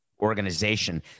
organization